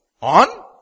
on